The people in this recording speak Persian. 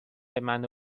منو